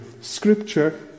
Scripture